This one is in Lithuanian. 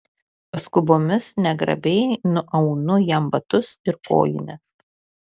paskubomis negrabiai nuaunu jam batus ir kojines